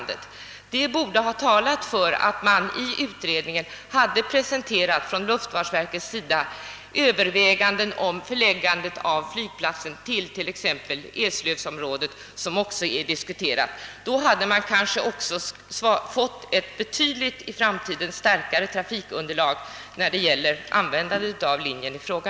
Detta borde ha talat för att luftfartsverket i utredningen hade presenterat överväganden om förläggandet av flygplatsen till exempelvis eslövområdet. Då hade man kanske också fått ett i framtiden betydligt starkare trafikunderlag för driften av linjen i fråga.